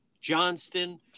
Johnston